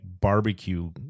barbecue